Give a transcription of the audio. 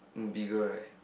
bigger right